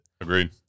Agreed